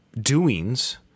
doings